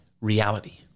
reality